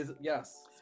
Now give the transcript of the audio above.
Yes